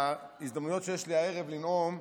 ההזדמנויות שיש לי הערב לנאום,